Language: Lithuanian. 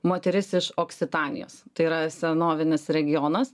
moteris iš oksitanijos tai yra senovinis regionas